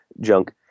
junk